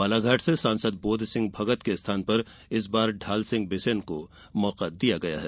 बालाघाट से सांसद बोध सिंह भगत के स्थान पर इस बार ढाल सिंह बिसेन को मौका दिया गया है